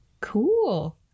cool